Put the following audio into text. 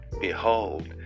Behold